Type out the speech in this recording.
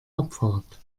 abfahrt